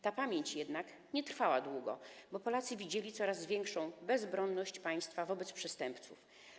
Ta pamięć jednak nie trwała długo, bo Polacy widzieli coraz większą bezbronność państwa wobec przestępców.